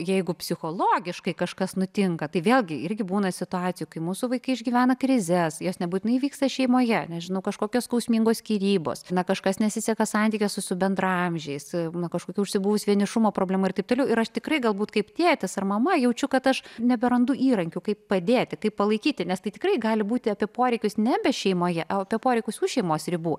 jeigu psichologiškai kažkas nutinka tai vėlgi irgi būna situacijų kai mūsų vaikai išgyvena krizes jos nebūtinai vyksta šeimoje nežinau kažkokios skausmingos skyrybos na kažkas nesiseka santykiuose su bendraamžiais būna kažkokia užsibuvus vienišumo problema ir taip toliau ir aš tikrai galbūt kaip tėtis ar mama jaučiu kad aš neberandu įrankių kaip padėti kaip palaikyti nes tai tikrai gali būti apie poreikius nebe šeimoje o apie poreikius už šeimos ribų